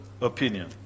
opinion